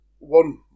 One